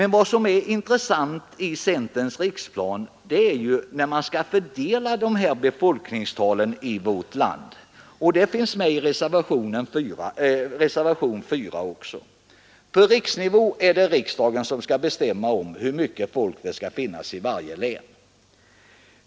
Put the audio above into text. Något som är intressant i centerns riksplan är fördelningen av befolkningstalen i vårt land, något som också tas upp i reservationen 4. På riksnivå är det riksdagen som skall bestämma hur mycket folk som skall finnas i varje län.